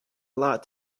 lot